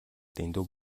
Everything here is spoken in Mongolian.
дэндүү